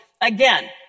again